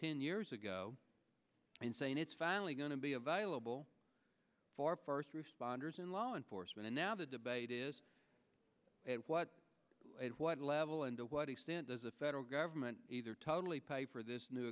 ten years ago and saying it's finally going to be available for first responders and law enforcement and now the debate is what level and to what extent does the federal government either totally pay for this new